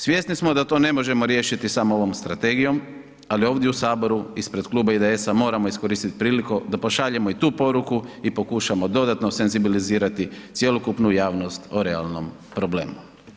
Svjesni smo da to ne možemo riješiti samo ovom Strategijom, ali ovdje u Saboru, ispred Kluba IDS-a moramo iskoristiti priliku da pošaljemo i tu poruku i pokušamo dodatno senzibilizirati cjelokupnu javnost o realnom problemu.